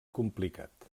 complicat